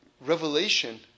revelation